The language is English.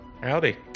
Howdy